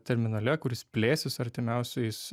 terminale kuris plėsis artimiausiais